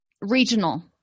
regional